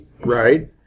right